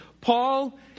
Paul